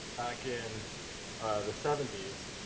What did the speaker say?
back in the seventies,